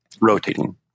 rotating